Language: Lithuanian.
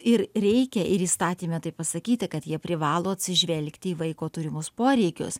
ir reikia ir įstatyme tai pasakyta kad jie privalo atsižvelgti į vaiko turimus poreikius